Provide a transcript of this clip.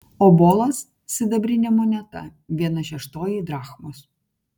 obolas sidabrinė moneta viena šeštoji drachmos